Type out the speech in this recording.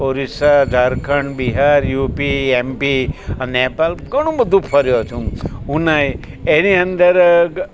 Orissa Jharkhand Bihar UP MP અને નેપાલ ઘણું બધું ફર્યો છું ઉનાઈ એની અંદર